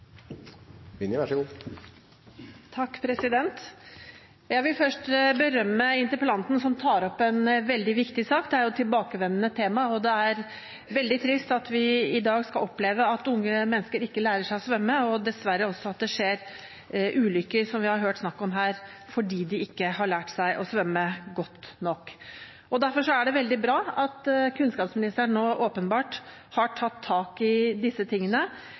Jeg vil først berømme interpellanten, som tar opp en veldig viktig sak. Dette er et tilbakevendende tema, og det er veldig trist at vi i dag skal oppleve at unge mennesker ikke lærer seg å svømme, og også at det skjer ulykker – som vi har hørt om her – fordi de ikke har lært seg å svømme godt nok. Derfor er det veldig bra at kunnskapsministeren nå åpenbart har tatt tak i disse tingene